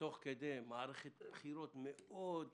תוך כדי מערכת בחירות מאד סוערת,